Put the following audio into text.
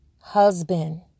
husband